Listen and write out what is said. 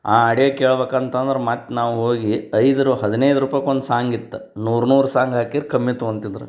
ಆ ಆಡ್ಯೋ ಕೇಳ್ಬೇಕಂತಂದ್ರೆ ಮತ್ತೆ ನಾವು ಹೋಗಿ ಐದು ರು ಹದಿನೈದು ರೂಪಾಯ್ಗ್ ಒಂದು ಸಾಂಗ್ ಇತ್ತು ನೂರು ನೂರು ಸಾಂಗ್ ಹಾಕಿರೆ ಕಮ್ಮಿ ತಗೊಂತಿದ್ರು